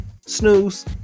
snooze